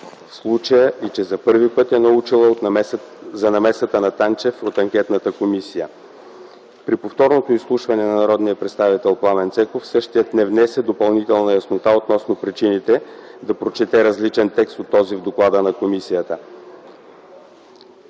в случая и че, за първи път е научила за намесата на Танчев от анкетната комисия. При повторното изслушване на господин Пламен Цеков същият не внесе допълнителна яснота относно причините да прочете различен текст от този в доклада на комисията.